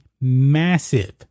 massive